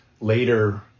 later